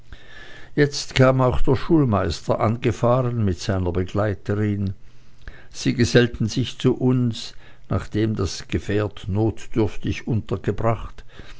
jetzt kam auch der schulmeister angefahren mit seiner begleiterin sie gesellten sich zu uns nachdem das gefährt notdürftig untergebracht